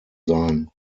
sein